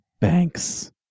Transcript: Banks